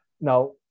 now